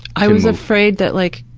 i was afraid that like